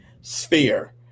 sphere